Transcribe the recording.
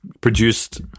produced